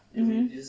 mmhmm